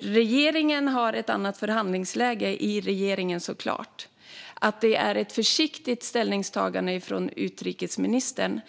Regeringen har såklart ett annat förhandlingsläge. Jag kan förstå att utrikesministerns ställningstagande var försiktigt.